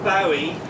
Bowie